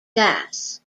gas